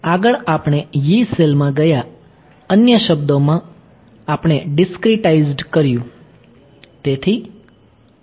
આગળ આપણે Yee સેલમાં ગયા અન્ય શબ્દોમાં આપણે ડીસ્ક્રીટાઇઝ્ડ કર્યું